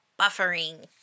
buffering